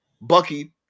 Bucky